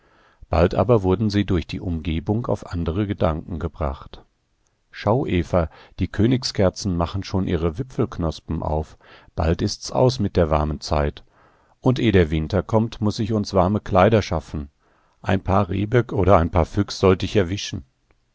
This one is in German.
bald aber wurden sie durch die umgebung auf andere gedanken gebracht schau eva die königskerzen machen schon ihre wipfelknospen auf bald ist's aus mit der warmen zeit und eh der winter kommt muß ich uns warme kleider schaffen ein paar rehböck oder ein paar füchs sollt ich erwischen